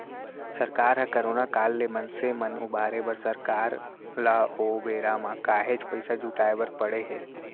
सरकार ह करोना काल ले मनसे मन उबारे बर सरकार ल ओ बेरा म काहेच पइसा जुटाय बर पड़े हे